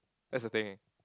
that's the thing eh